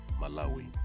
Malawi